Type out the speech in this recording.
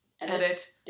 Edit